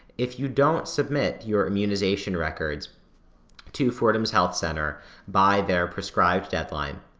if you don't submit your immunization records to fordham's health center by their prescribed deadline,